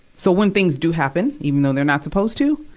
so when things do happen, even though they're not supposed to,